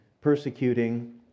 persecuting